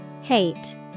Hate